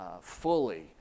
fully